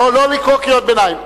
לא לקרוא קריאות ביניים.